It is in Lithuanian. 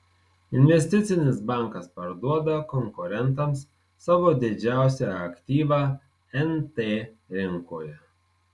investicinis bankas parduoda konkurentams savo didžiausią aktyvą nt rinkoje